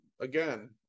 Again